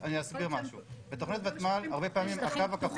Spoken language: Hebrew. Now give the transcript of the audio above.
אני אסביר משהו בתוכניות ותמ"ל הרבה פעמים הקו הכחול